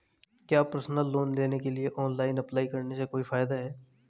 क्या personal loan के लिए ऑनलाइन अप्लाई करने से कोई फायदा है?